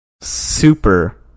super